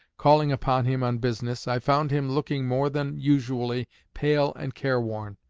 calling upon him on business, i found him looking more than usually pale and careworn,